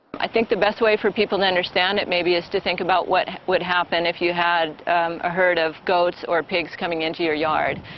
i think the best way for people to understand it maybe is to think about what would happen if you had a herd of goats or pigs coming into your yard.